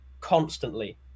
constantly